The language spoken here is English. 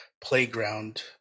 playground